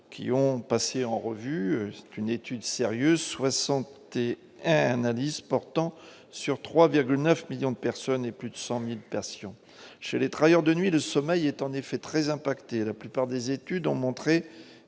qui ont passé en revue une étude sérieuse 60 T. analyse portant sur 3,9 millions de personnes et plus de 100000 versions chez les travailleurs de nuit de sommeil est en effet très impacté la plupart des études ont montré